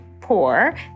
poor